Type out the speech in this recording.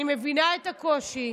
אני מבינה את הקושי,